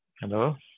Hello